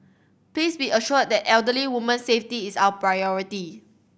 please be assured that elderly woman's safety is our priority